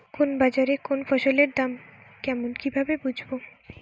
কোন বাজারে কোন ফসলের দাম কেমন কি ভাবে বুঝব?